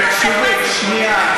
תקשיבי שנייה,